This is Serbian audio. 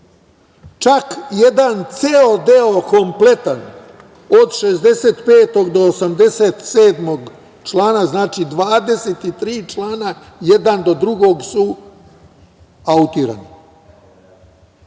Čak jedan ceo deo kompletan od 65. do 87. člana, znači, 23 člana jedan do drugog su autirani,